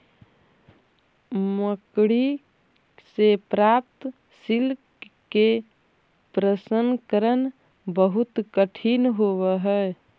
मकड़ि से प्राप्त सिल्क के प्रसंस्करण बहुत कठिन होवऽ हई